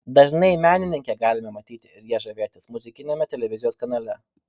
dažnai menininkę galime matyti ir ja žavėtis muzikiniame televizijos kanale